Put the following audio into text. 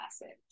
message